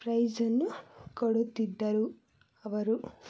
ಪ್ರೈಝನ್ನು ಕೊಡುತ್ತಿದ್ದರು ಅವರು